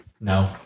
No